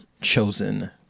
chosen